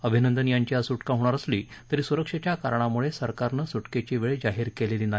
अभिनंदन यांची आज सुक्का होणार असली तरी सुरक्षेच्या कारणामुळे सरकारनं सूकेची वेळ जाहीर केलेली नाही